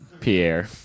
Pierre